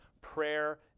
prayer